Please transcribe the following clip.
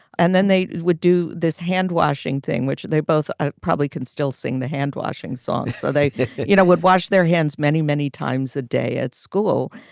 and then they would do this hand-washing thing, which they both ah probably. still sing the hand-washing song so they you know would wash their hands many, many times a day at school.